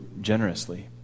generously